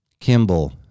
Kimball